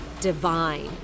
Divine